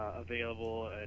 available